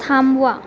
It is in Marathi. थांबवा